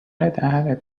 دهنت